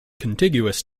contiguous